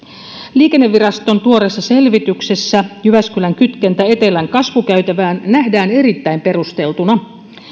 liikenneviraston tuoreessa selvityksessä jyväskylän kytkentä etelän kasvukäytävään nähdään erittäin perusteltuna